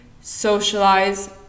socialize